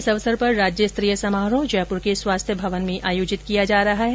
इस अवसर पर राज्य स्तरीय समारोह जयपुर के स्वास्थ्य भवन में आयोजित किया जा रहा है